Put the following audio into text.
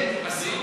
הסיעוד.